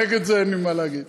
נגד זה אין לי מה להגיד.